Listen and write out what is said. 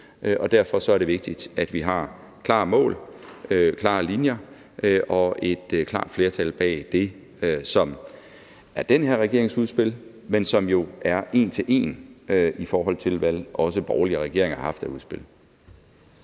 derfor er det vigtigt, at vi har klare mål, klare linjer og et klart flertal bag det, som er den her regerings udspil, men som jo er en til en i forhold til, hvad også borgerlige regeringer har haft af udspil.